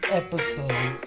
episode